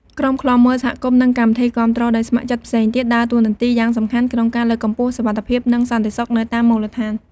ក្រុមឃ្លាំមើលសហគមន៍ និងកម្មវិធីគាំទ្រដោយស្ម័គ្រចិត្តផ្សេងទៀត ដើរតួនាទីយ៉ាងសំខាន់ក្នុងការលើកកម្ពស់សុវត្ថិភាព និងសន្តិសុខនៅតាមមូលដ្ឋាន។